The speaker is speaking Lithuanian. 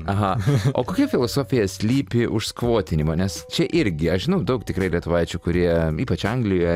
aha o kokia filosofija slypi už skvotinimo nes čia irgi aš žinau daug tikrai lietuvaičių kurie ypač anglijoje